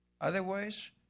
Otherwise